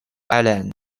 island